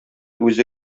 үзе